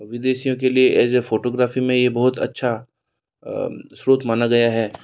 विदेशियों के लिए ऐज ए फ़ोटोग्राफ़ी में यह बहुत अच्छा स्रोत माना गया है